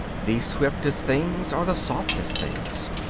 the swiftest things are the softest things.